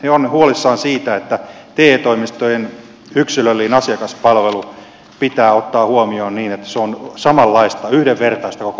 he ovat huolissaan siitä että te toimistojen yksilöllinen asiakaspalvelu pitää ottaa huomioon niin että se on samanlaista yhdenvertaista koko maassa